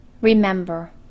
remember